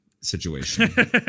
situation